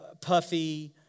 puffy